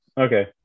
Okay